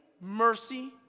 Mercy